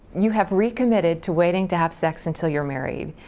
you have recommitted to waiting to have sex until you're married.